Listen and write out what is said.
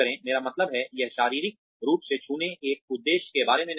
मेरा मतलब है यह शारीरिक रूप से छूने एक उद्देश्य के बारे में नहीं है